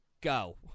go